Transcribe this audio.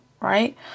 right